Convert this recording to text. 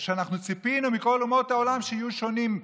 אנחנו ציפינו מכל אומות העולם שיהיו שונים,